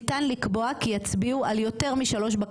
אני יכול עכשיו לשאול את אדוני היושב-ראש?